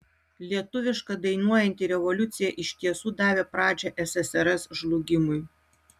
lietuviška dainuojanti revoliucija iš tiesų davė pradžią ssrs žlugimui